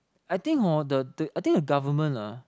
I think hor the the I think the government ah